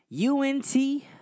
UNT